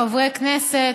חברי כנסת,